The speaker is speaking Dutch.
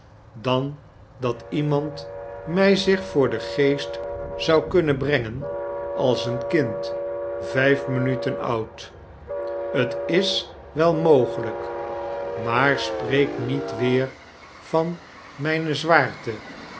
dan dat iemand mij zich voor den geest zou kunnen brengen als een kind vijf minuten oud t is wel mogelyk maar spreek niet weer van myne zwaarte